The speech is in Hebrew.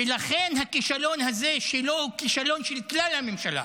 ולכן הכישלון הזה שלו הוא כישלון של כלל הממשלה.